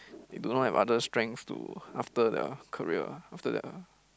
they do not have other strength to after their career ah after their